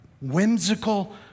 whimsical